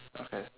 okay